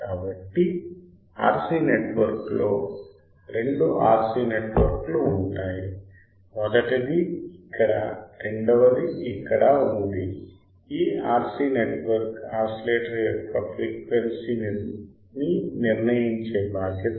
కాబట్టి RC నెట్వర్క్లో రెండు RC నెట్వర్క్ లు ఉంటాయి మొదటిది ఇక్కడ రెండవది ఇక్కడ ఉంది ఈ RC నెట్వర్క్ ఆసిలేటర్ యొక్క ఫ్రీక్వెన్సీని నిర్ణయించే బాధ్యత